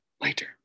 later